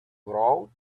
wrote